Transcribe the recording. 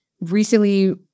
recently